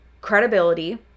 credibility